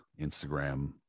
Instagram